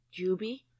Juby